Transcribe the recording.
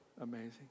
amazing